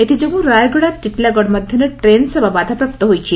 ଏଥ୍ଯୋଗୁଁ ରାୟଗଡା ଟିଟିଲାଗଡ ମଧ୍ଧରେ ଟ୍ରେନସେବା ବାଧାପ୍ରାପ୍ତ ହୋଇଛି